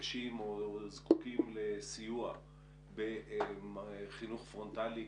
מתקשים או זקוקים לסיוע בחינוך פרונטלי,